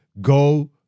go